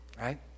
Right